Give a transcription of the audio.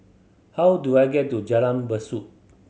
how do I get to Jalan Besut